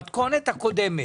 במתכונת הקודמת.